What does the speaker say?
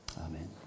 Amen